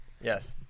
Yes